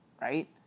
Right